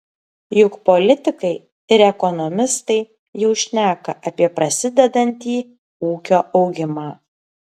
juk politikai ir ekonomistai jau šneka apie prasidedantį ūkio augimą